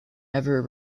never